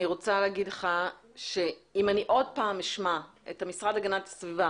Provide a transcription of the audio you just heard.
אני רוצה להגיד לך שאם עוד פעם אשמע את המשרד להגנת הסביבה